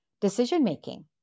decision-making